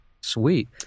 Sweet